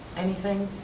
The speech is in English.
anything,